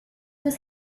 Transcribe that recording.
was